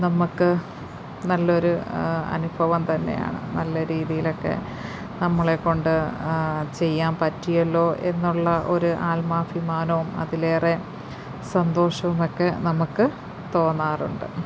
നമുക്ക് നല്ലൊരു അനുഭവം തന്നെയാണ് നല്ല രീതിയിലൊക്കെ നമ്മളെ കൊണ്ട് ചെയ്യാൻ പറ്റിയല്ലോ എന്നുള്ള ഒരു ആത്മാഭിമാനവും അതിലേറെ സന്തോഷവും ഒക്കെ നമുക്ക് തോന്നാറുണ്ട്